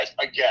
again